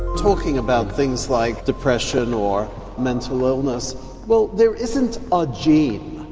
talking about things like depression or mental illness well there isn't a gene.